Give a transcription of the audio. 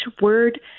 word